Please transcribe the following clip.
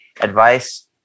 advice